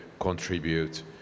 Contribute